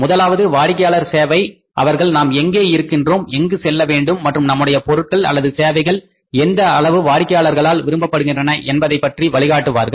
முதலாவது வாடிக்கையாளர் சேவை அவர்கள் நாம் எங்கே இருக்கிறோம் எங்கு செல்ல வேண்டும் மற்றும் நம்முடைய பொருட்கள் அல்லது சேவைகள் எந்த அளவு வாடிக்கையாளர்களால் விரும்பப்படுகின்றன என்பதை பற்றி வழிகாட்டுவார்கள்